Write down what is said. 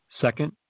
Second